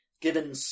Given